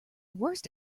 worst